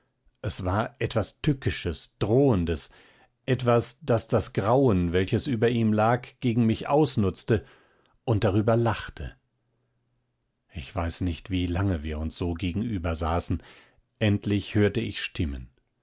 es war etwas tückisches drohendes etwas das das grauen welches über ihm lag gegen mich ausnützte und darüber lachte ich weiß nicht wie lange wir uns so gegenübersaßen endlich hörte ich stimmen